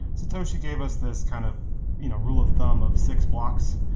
satoshi gave us this kind of you know rule of thumb of six blocks,